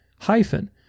Hyphen